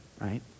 right